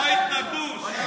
הבית נטוש.